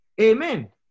amen